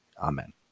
Amen